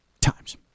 times